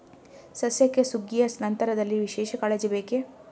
ಸಸ್ಯಕ್ಕೆ ಸುಗ್ಗಿಯ ನಂತರದಲ್ಲಿ ವಿಶೇಷ ಕಾಳಜಿ ಬೇಕೇ?